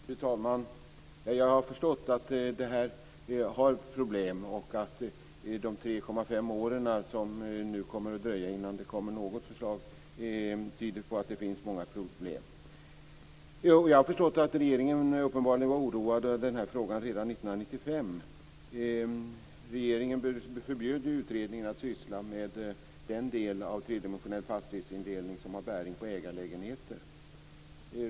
Fru talman! Jag har förstått att det är här vi har problem, och de 3,5 åren som det nu kommer att dröja innan det kommer något förslag tyder på att det finns många problem. Jo, jag har förstått att regeringen uppenbarligen var oroad över den här frågan redan 1995. Regeringen förbjöd ju utredningen att syssla med den del av tredimensionell fastighetsindelning som har bäring på ägarlägenheter.